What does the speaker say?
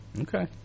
okay